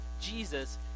Jesus